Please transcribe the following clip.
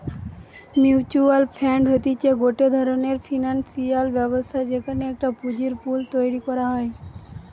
mutual fund হতিছে গটে ধরণের ফিনান্সিয়াল ব্যবস্থা যেখানে একটা পুঁজির পুল তৈরী করা হয়